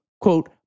quote